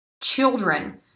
children